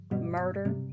murder